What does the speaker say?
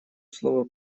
слово